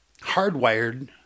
hardwired